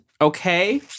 Okay